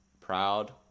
proud